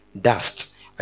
dust